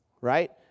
right